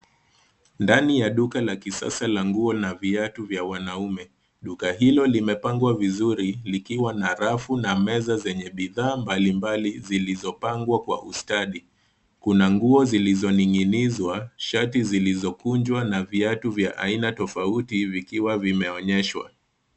Ndani ya duka la kisasa la nguo na viatu ya wanaume. Duka hilo limepangwa vizuri likiwa na rafu na meza zenye bidhaa mbalimbali zilizopangwa kwa ustadi. Kuna nguo zilizoning'inizwa, shati zilizokunjwa na viatu vya aina tofauti vikiwa vimeonyeshwa.